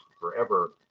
forever